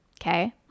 Okay